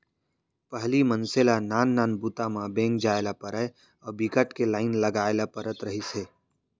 पहिली मनसे ल नान नान बूता म बेंक जाए ल परय अउ बिकट के लाईन लगाए ल परत रहिस हे